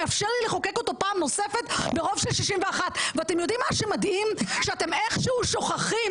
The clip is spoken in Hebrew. לחוקק אותו פעם נוספת ברוב של 61. ומה שמדהים הוא שאתם איכשהו שוכחים